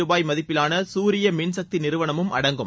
ரூபாய் மதிப்பிலான சூரிய மின்சக்தி நிறுவனமும் அடங்கும்